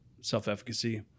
self-efficacy